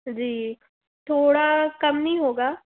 जी थोड़ा कम नहीं होगा